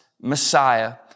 Messiah